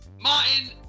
Martin